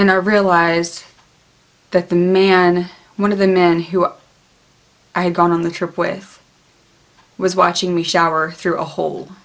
and i realized that the man and one of the men who i had gone on the trip with was watching me shower through a hole